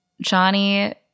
Johnny